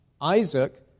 Isaac